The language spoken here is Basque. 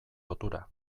lotura